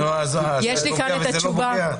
אז זה לא פוגע וזה לא פוגע?